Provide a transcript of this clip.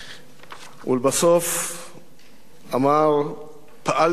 ולבסוף אמר: פעלתם נכון מאוד.